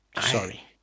Sorry